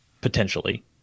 potentially